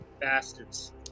bastards